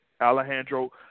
Alejandro